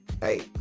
hey